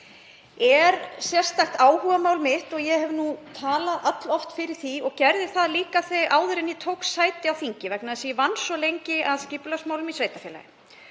er sérstakt áhugamál mitt, ég hef talað alloft fyrir því og gerði það líka áður en ég tók sæti á þingi vegna þess að ég vann svo lengi að skipulagsmálum í sveitarfélagi.